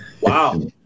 Wow